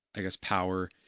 i guess power.